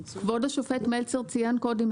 כבוד השופט מלצר ציין קודם,